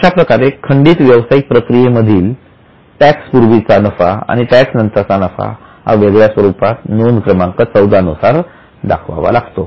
अशाप्रकारे खंडित व्यवसायिक प्रक्रिये मधील टॅक्स पूर्वीचा नफा आणि टॅक्स नंतरचा नफा हा वेगळ्या स्वरूपात नोंद क्रमांक 14 नुसार दाखवावा लागतो